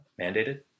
mandated